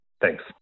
Thanks